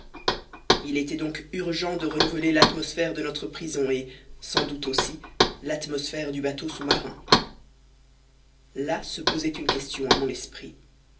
il était donc urgent de renouveler l'atmosphère de notre prison et sans doute aussi l'atmosphère du bateau sous-marin là se posait une question à mon esprit